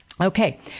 Okay